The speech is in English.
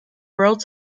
world